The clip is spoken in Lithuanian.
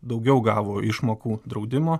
daugiau gavo išmokų draudimo